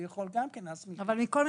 הוא יכול גם להסמיך מישהו.